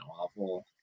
awful